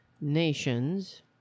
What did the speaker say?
nations